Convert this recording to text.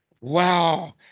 Wow